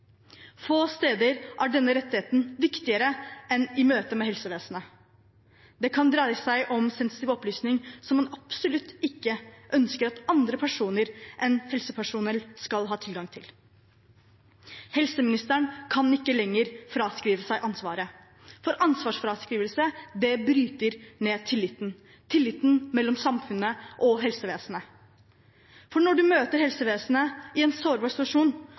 Få steder er denne rettigheten viktigere enn i møte med helsevesenet. Det kan dreie seg om sensitive opplysninger som man absolutt ikke ønsker at andre personer enn helsepersonell skal ha tilgang til. Helseministeren kan ikke lenger fraskrive seg ansvaret. Ansvarsfraskrivelse bryter ned tilliten, tilliten mellom samfunnet og helsevesenet. Når du møter helsevesenet i en sårbar